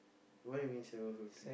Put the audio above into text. what you mean seven fifteen